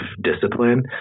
discipline